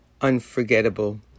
unforgettable